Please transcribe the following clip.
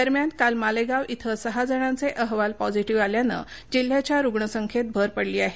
दरम्यान काल मालेगाव इथं सहा जणांचे अहवाल पॉझीटीव्ह आल्याने जिल्ह्याच्या रूग्णसंख्येत भर पडली आहे